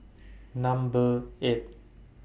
Number eight